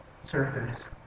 surface